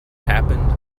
happened